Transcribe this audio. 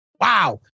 Wow